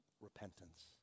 repentance